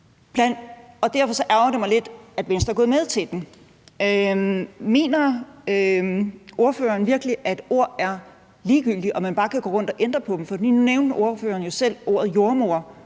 Derfor ærgrer det mig lidt, at Venstre er gået med til det. Mener ordføreren virkelig, at ord er ligegyldige, og at man bare kan gå rundt og ændre på dem? Nu nævnte ordføreren selv ordet jordemoder.